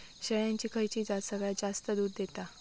शेळ्यांची खयची जात सगळ्यात जास्त दूध देता?